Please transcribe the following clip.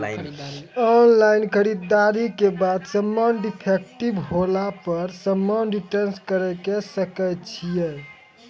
Online खरीददारी के बाद समान डिफेक्टिव होला पर समान रिटर्न्स करे सकय छियै?